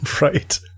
Right